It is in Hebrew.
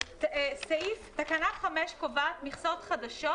תקנה 5 קובעת מכסות חדשות